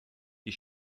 die